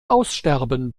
aussterben